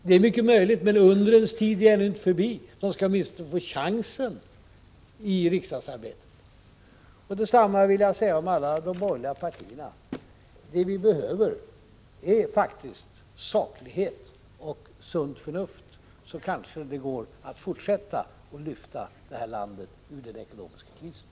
Det är mycket möjligt, men undrens tid är ännu inte förbi, så de skall åtminstone få chansen i riksdagsarbetet. Detsamma vill jag säga om alla de borgerliga partierna. Det vi behöver är faktiskt saklighet och sunt förnuft. Då kanske det går att fortsätta att lyfta detta land ur den ekonomiska krisen.